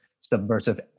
subversive